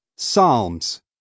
Psalms